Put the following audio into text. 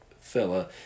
fella